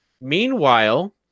meanwhile